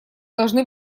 должны